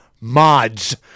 mods